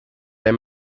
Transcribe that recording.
der